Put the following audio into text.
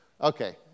okay